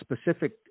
specific